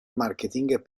marketing